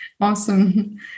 Awesome